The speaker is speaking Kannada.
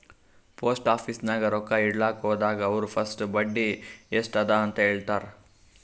ಪೋಸ್ಟ್ ಆಫೀಸ್ ನಾಗ್ ರೊಕ್ಕಾ ಇಡ್ಲಕ್ ಹೋದಾಗ ಅವ್ರ ಫಸ್ಟ್ ಬಡ್ಡಿ ಎಸ್ಟ್ ಅದ ಅಂತ ಹೇಳ್ತಾರ್